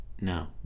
No